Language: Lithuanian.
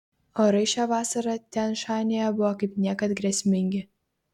orai šią vasarą tian šanyje buvo kaip niekad grėsmingi